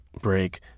break